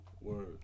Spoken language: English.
Word